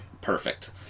Perfect